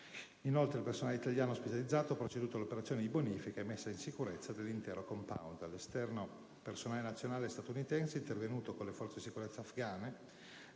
Inoltre, il personale italiano specializzato ha proceduto alle operazioni di bonifica e messa in sicurezza all'interno del *compound*. All'esterno, personale nazionale e statunitense è intervenuto, unitamente alle Forze di sicurezza afghane